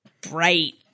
bright